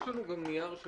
יש לנו גם נייר של